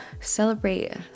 celebrate